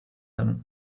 talons